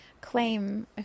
claim